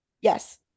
Yes